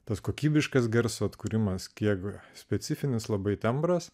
tas kokybiškas garso atkūrimas kiek specifinis labai tembras